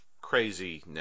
craziness